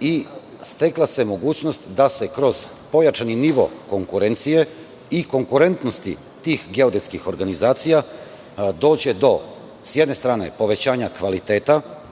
i stekla se mogućnost da se kroz pojačani nivo konkurencije i konkurentnosti tih geodetskih organizacija dođe do, sa jedne strane, povećanja kvaliteta